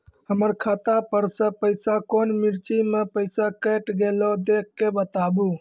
हमर खाता पर से पैसा कौन मिर्ची मे पैसा कैट गेलौ देख के बताबू?